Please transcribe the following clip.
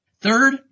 Third